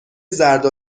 زرد